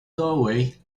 doorway